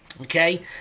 okay